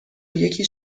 یکی